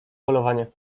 polowanie